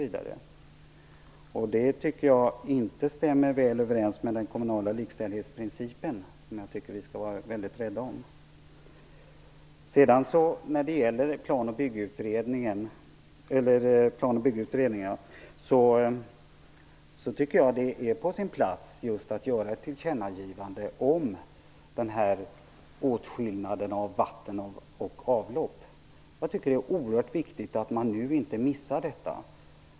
Jag tycker inte att det stämmer så väl överens med den kommunala likställighetsprincipen, som vi skall vara rädda om. När det gäller Plan och byggutredningen är det på sin plats att göra ett tillkännagivande om skillnaden mellan vatten och avlopp. Det är oerhört viktigt att man inte missar detta nu.